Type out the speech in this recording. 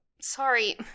Sorry